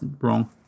wrong